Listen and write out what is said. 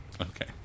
Okay